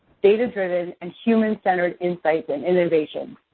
data-driven, and human-centered insights and innovations,